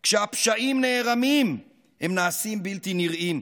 / כשהפשעים נערמים, הם נעשים בלתי נראים.